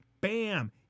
bam